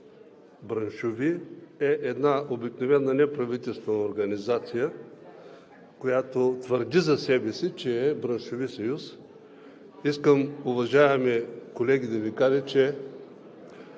„браншови“, е една обикновена неправителствена организация, която твърди за себе си, че е браншови съюз. Уважаеми колеги, искам да Ви кажа, че